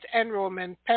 enrollment